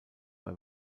bei